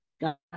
got